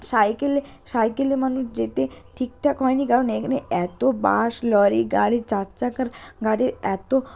সাইকেলে সাইকেলে মানুষ যেতে ঠিকঠাক হয়নি কারণ এখানে এত বাস লরি গাড়ি চার চাকার গাড়ির এত